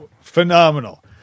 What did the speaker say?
phenomenal